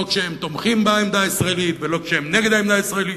לא כשהם תומכים בעמדה הישראלית ולא כשהם נגד העמדה הישראלית.